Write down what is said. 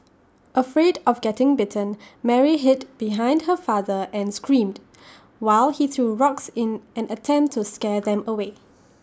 afraid of getting bitten Mary hid behind her father and screamed while he threw rocks in in an attempt to scare them away